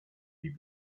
weave